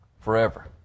forever